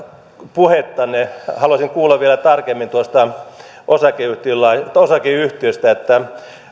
puhettanne haluaisin kuulla vielä tarkemmin tuosta osakeyhtiöstä että